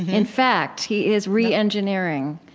in fact, he is reengineering.